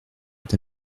est